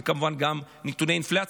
וכמובן גם נתוני אינפלציה,